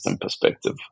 perspective